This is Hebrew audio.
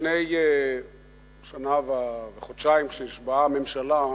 לפני שנה וחודשיים, כשנשבעה הממשלה,